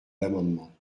l’amendement